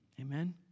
Amen